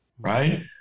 Right